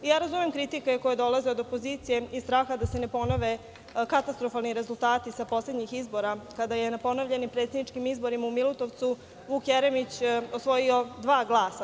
Razumem kritike koje dolaze od opozicije i straha da se ne ponove katastrofalni rezultati sa poslednjih izbora, kada je na ponovljenim predsedničkim izborima u Milutovcu, Vuk Jeremić osvojio dva glasa.